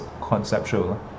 conceptual